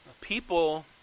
People